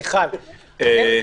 מיכל,